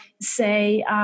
say